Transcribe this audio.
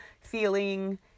feeling